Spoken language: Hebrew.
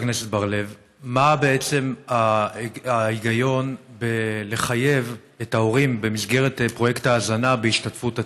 מה בעצם ההיגיון בלחייב את ההורים במסגרת פרויקט ההזנה בהשתתפות עצמית?